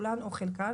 כולן או חלקן,